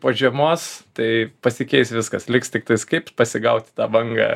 po žiemos tai pasikeis viskas liks tiktais kaip pasigauti tą bangą